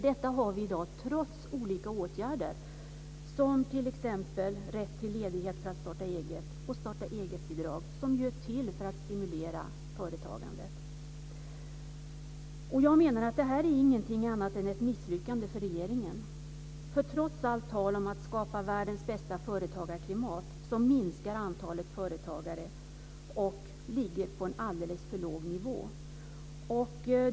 Detta har vi i dag trots olika åtgärder, t.ex. rätt till ledighet för att starta eget och starta-egetbidrag, som ju är till för att stimulera företagandet. Det här är inget annat än ett misslyckande för regeringen. Trots allt tal om att skapa världens bästa företagarklimat minskar antalet företagare och ligger på en alldeles för låg nivå.